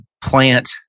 plant